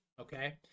Okay